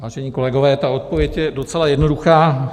Vážení kolegové, odpověď je docela jednoduchá.